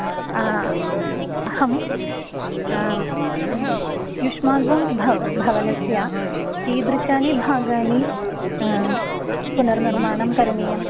अहं युष्माकं भव भवनस्य कीदृशः भागाः पुनर्निर्माणं करणीयम्